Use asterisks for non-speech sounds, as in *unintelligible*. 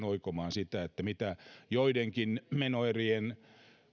*unintelligible* oikomaan mitä joidenkin menoerien